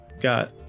got